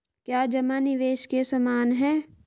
क्या जमा निवेश के समान है?